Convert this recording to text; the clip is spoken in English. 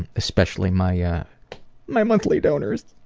and especially my yeah my monthly donors.